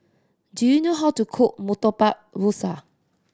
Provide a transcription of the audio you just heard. do you know how to cook Murtabak Rusa